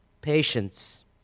patience